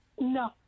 No